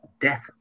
death